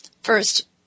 First